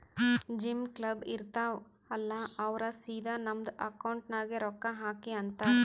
gym, club, ಇರ್ತಾವ್ ಅಲ್ಲಾ ಅವ್ರ ಸಿದಾ ನಮ್ದು ಅಕೌಂಟ್ ನಾಗೆ ರೊಕ್ಕಾ ಹಾಕ್ರಿ ಅಂತಾರ್